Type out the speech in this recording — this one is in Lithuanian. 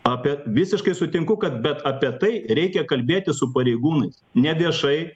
apie visiškai sutinku kad bet apie tai reikia kalbėtis su pareigūnais neviešai